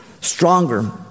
stronger